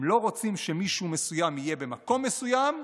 הם לא רוצים שמישהו מסוים יהיה במקום מסוים,